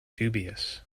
dubious